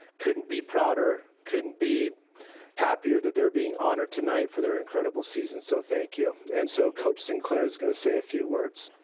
couldn't be prouder. couldn't be happier that they're being honored here tonight for their incredible season. so, thank you. and so coach sinclair's gonna say a few words.